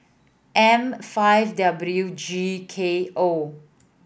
M five W G K O